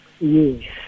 Yes